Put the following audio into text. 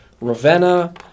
Ravenna